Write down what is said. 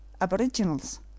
Aboriginals